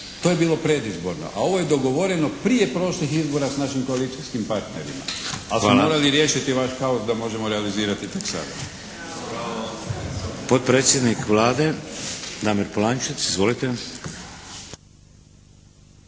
To je bilo predizborno, a ovo je dogovoreno prije prošlih izbora s našim koalicijskim partnerima, ali smo morali riješiti vaš kaos da možemo realizirati tek sada. **Šeks, Vladimir (HDZ)** Hvala.